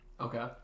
Okay